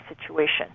situation